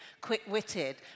quick-witted